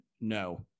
no